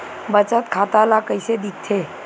बचत खाता ला कइसे दिखथे?